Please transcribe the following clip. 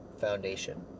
Foundation